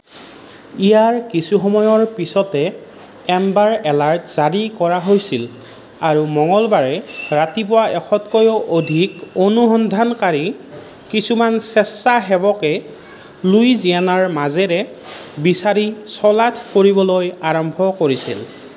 ইয়াৰ কিছু সময়ৰ পিছতে এম্বাৰ এলাৰ্ট জাৰি কৰা হৈছিল আৰু মঙলবাৰে ৰাতিপুৱা এশতকৈও অধিক অনুসন্ধানকাৰী কিছুমান স্বেচ্ছাসেৱকে লুইজিয়ানাৰ মাজেৰে বিচাৰি চলাথ কৰিবলৈ আৰম্ভ কৰিছিল